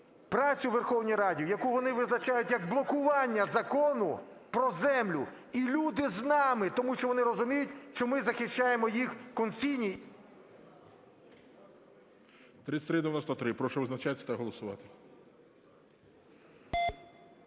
працю у Верховній Раді, яку вони визначають, як блокування Закону про землю. І люди з нами, тому що вони розуміють, що ми захищаємо їх... ГОЛОВУЮЧИЙ. 3393. Прошу визначатись та голосувати.